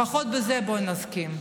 לפחות בזה בוא נסכים.